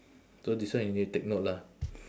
so this one you need to take note lah